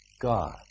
God